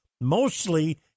mostly